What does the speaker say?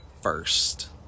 first